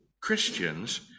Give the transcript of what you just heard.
Christians